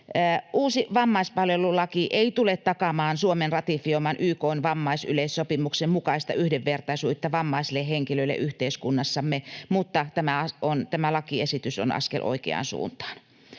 Uusi vammaispalvelulaki ei tule takaamaan Suomen ratifioiman YK:n vammaisyleissopimuksen mukaista yhdenvertaisuutta vammaisille henkilöille yhteiskunnassamme, mutta tämä lakiesitys on askel oikeaan suuntaan.